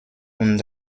und